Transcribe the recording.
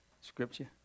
scripture